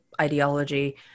ideology